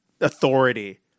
authority